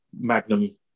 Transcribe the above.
magnum